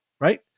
right